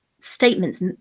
statements